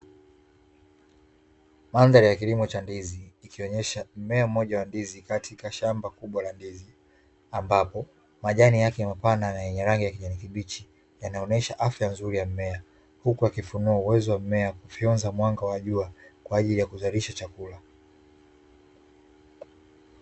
Manthari ya kilimo cha ndizi ikionyesha mmea mmoja wa ndizi katika shamba kubwa la ndizi, ambapo majani yake mapana na yenye rangi ya kijani kibichi yanaonyesha afya nzuri ya mmea, huku yakifunua uwezo wa mmea kufyonza mwanga wa jua kwaajili ya kuzalisha chakula.